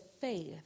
faith